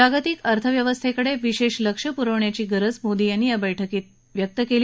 जागतिक अर्थव्यवस्थेकडे विशेष लक्ष प्रवण्याची गरज मोदी यांनी या बैठकीत व्यक्त केली